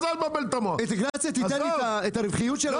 לא